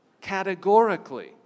categorically